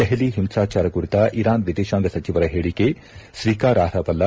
ದೆಹಲಿ ಹಿಂಸಾಚಾರ ಕುರಿತ ಇರಾನ್ ವಿದೇಶಾಂಗ ಸಚಿವರ ಹೇಳಿಕೆ ಸ್ವೀಕಾರರ್ಹವಲ್ಲ